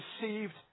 deceived